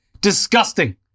Disgusting